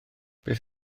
beth